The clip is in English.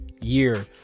year